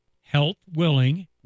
health-willing